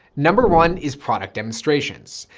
number one is product demonstrations.